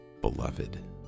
beloved